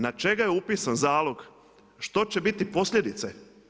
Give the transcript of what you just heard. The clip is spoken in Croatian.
Na čega je upisan zalog, što će biti posljedice.